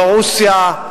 לא רוסיה,